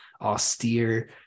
austere